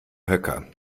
höcker